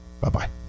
bye-bye